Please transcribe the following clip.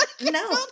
No